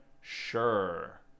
Sure